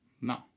no